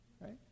right